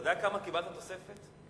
אתה יודע כמה תוספת קיבלת?